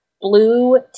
Blue